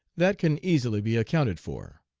that can easily be accounted for.